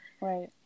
right